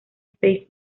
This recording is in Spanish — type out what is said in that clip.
space